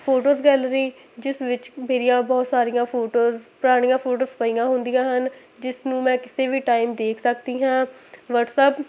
photos gallery ਜਿਸ ਵਿੱਚ ਮੇਰੀਆਂ ਬਹੁਤ ਸਾਰੀਆਂ ਫੋਟੋਜ਼ ਪੁਰਾਣੀਆਂ ਫੋਟੋਜ਼ ਪਈਆਂ ਹੁੰਦੀਆਂ ਹਨ ਜਿਸ ਨੂੰ ਮੈਂ ਕਿਸੇ ਵੀ ਟਾਈਮ ਦੇਖ ਸਕਦੀ ਹਾਂ ਵਟਸਐਪ